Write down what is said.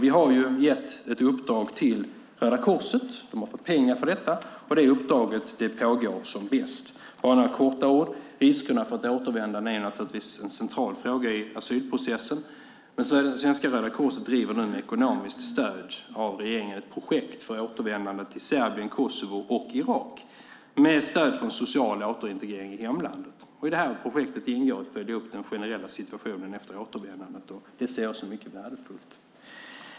Vi har gett ett uppdrag till Röda Korset - de har fått pengar för detta - och det uppdraget pågår som bäst. Jag ska bara nämna det med några få ord. Riskerna med att återvända är naturligtvis en central fråga i asylprocessen. Men Svenska Röda Korset driver nu, med ekonomiskt stöd av regeringen, ett projekt för återvändande till Serbien, Kosovo och Irak, med stöd för en social återintegrering i hemlandet. I det här projektet ingår att följa upp den generella situationen efter återvändandet, och det ser jag som mycket värdefullt.